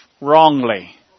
Wrongly